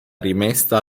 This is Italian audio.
rimessa